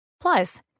Plus